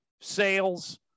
sales